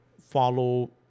follow